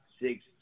six